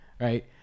right